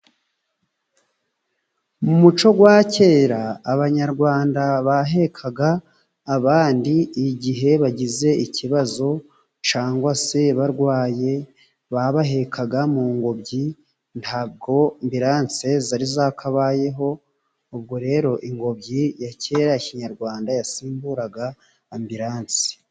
Mu muco wa kera, Abanyarwanda bahekaga abandi igihe bagize ikibazo cyangwaga se barwaye. Babahekaga mu ngobyi, ntabwo ambiranse zari zakabayeho, ubwo rero ingobyi ya kera ya kinyarwanda yasimburaga ambiranse